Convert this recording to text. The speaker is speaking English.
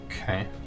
Okay